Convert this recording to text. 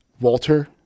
Walter